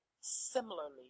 similarly